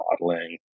modeling